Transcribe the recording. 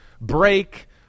break